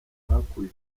bakuye